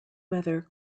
weather